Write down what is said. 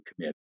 commit